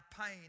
pain